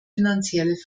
finanzielle